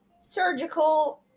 surgical